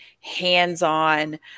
hands-on